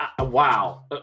wow